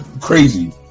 crazy